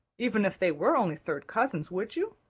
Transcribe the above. even if they were only third cousins, would you?